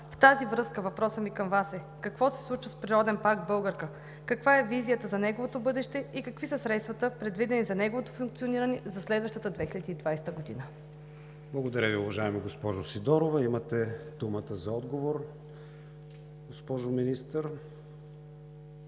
В тази връзка въпросът ми към Вас е: какво се случи с Природен парк „Българка“? Каква е визията за неговото бъдеще? Какви са средствата, предвидени за неговото функциониране за следващата 2020 г.? ПРЕДСЕДАТЕЛ КРИСТИАН ВИГЕНИН: Благодаря Ви, уважаема госпожо Сидорова. Имате думата за отговор, госпожо Министър.